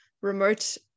remote